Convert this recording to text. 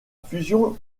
fusion